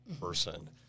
person